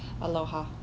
aloha